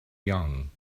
young